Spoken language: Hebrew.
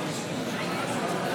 מכן נעל אותה.